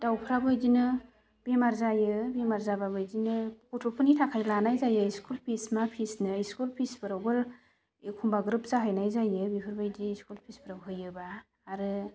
दाउफोराबो बिदिनो बेमार जायो बेमार जाबाबो बिदिनो गथ'फोरनि थाखाय लानाय जायो स्कुल फिस मा फिसनो स्कुल फिसफोरावबो एखनबा ग्रोब जाहैनाय जायो बेफोरबायदि स्कुल फिसफोराव होयोबा आरो